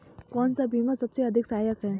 कौन सा बीमा सबसे अधिक सहायक है?